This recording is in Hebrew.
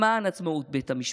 למען עצמאות בית המשפט,